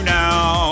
now